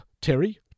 Terry